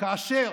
כאשר